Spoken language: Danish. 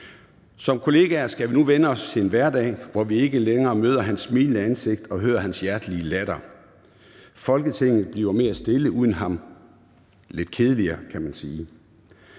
Som kollegaer skal vi nu vænne os til en hverdag, hvor vi ikke længere møder hans smilende ansigt og hører hans hjertelige latter. Folketinget bliver mere stille uden ham, også lidt kedeligere, kan man sige.